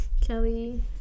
Kelly